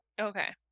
Okay